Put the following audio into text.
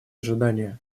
ожидания